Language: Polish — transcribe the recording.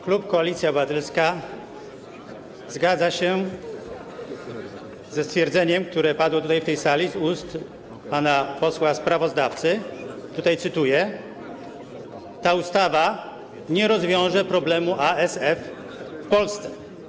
Klub Koalicja Obywatelska zgadza się ze stwierdzeniem, które padło w tej sali z ust pana posła sprawozdawcy, cytuję: Ta ustawa nie rozwiąże problemu ASF w Polsce.